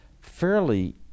Fairly